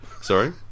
Sorry